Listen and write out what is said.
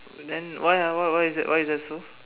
then why ah why why is why is that so